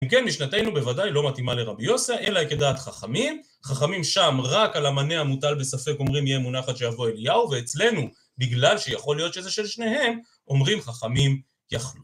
אם כן, משנתנו בוודאי לא מתאימה לרבי יוסף, אלא כדעת חכמים, חכמים שם רק על המנה המוטל בספק אומרים יהיה מונחת שיבוא אליהו, ואצלנו, בגלל שיכול להיות שזה של שניהם, אומרים חכמים יחלוקו.